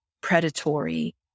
predatory